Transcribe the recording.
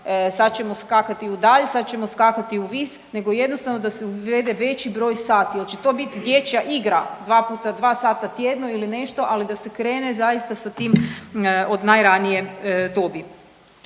sad ćemo skakati u dalj, sad ćemo skakati uvid, nego jednostavno da se uvede veći broj sati. Hoće to biti dječja igra 2x2 sata tjedno ili nešto, ali da se krene zaista sa tim od najranije dobi.